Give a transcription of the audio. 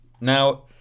Now